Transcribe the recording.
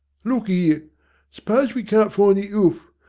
look ere. s'pose we can't find the oof.